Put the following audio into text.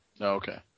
Okay